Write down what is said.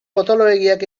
potoloegiak